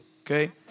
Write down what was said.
Okay